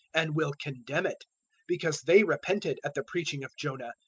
and will condemn it because they repented at the preaching of jonah,